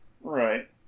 Right